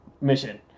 mission